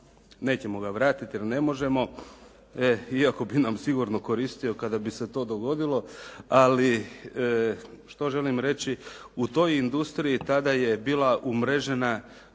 nećemo ga vratiti jer ne možemo iako bi nam sigurno koristio kada bi se to dogodilo, ali što želim reći. U toj industriji tada je bila umrežena